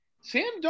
Sam